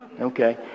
Okay